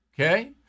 Okay